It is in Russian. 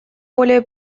более